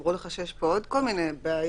אמרו לך שיש פה עוד כל מיני בעיות.